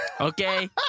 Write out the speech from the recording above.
Okay